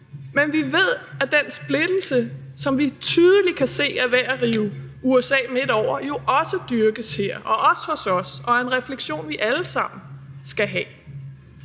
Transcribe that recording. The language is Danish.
Men vi ved, at den splittelse, som vi tydeligt kan se er ved at rive USA midtover, jo også dyrkes her, også hos os, og det er en refleksion, som vi alle sammen skal have.